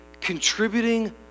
contributing